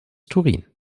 turin